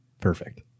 perfect